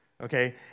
Okay